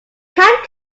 cat